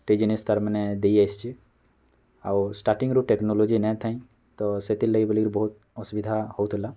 business ତା'ର୍ ମାନେ ଦେଇ ଆସିଛି ଆଉ ଷ୍ଟାଟିଙ୍ଗରୁ ଟେକ୍ନୋଲୋଜି ନାଇଁ ଥାଇ ତ ସେଥିର୍ଲାଗି ବୋଲି କିରି ବହୁତ୍ ଅସୁବିଧା ହୋଉଥିଲା